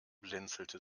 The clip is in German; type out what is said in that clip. blinzelte